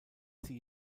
sie